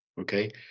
okay